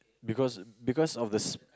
because because of the